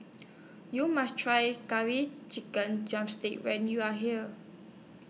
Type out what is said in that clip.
YOU must Try Curry Chicken Drumstick when YOU Are here